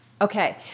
Okay